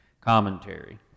commentary